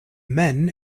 men